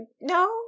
no